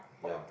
ya